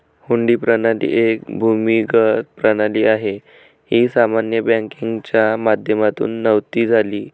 हुंडी प्रणाली एक भूमिगत प्रणाली आहे, ही सामान्य बँकिंगच्या माध्यमातून नव्हती झाली